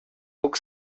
book